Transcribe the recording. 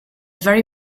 very